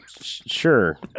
Sure